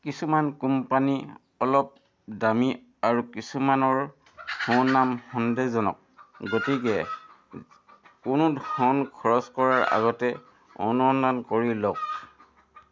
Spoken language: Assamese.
কিছুমান কোম্পানী অলপ দামী আৰু কিছুমানৰ সুনাম সন্দেহজনক গতিকে কোনো ধন খৰচ কৰাৰ আগতে অনুসন্ধান কৰি লওক